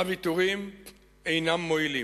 הוויתורים אינם מועילים,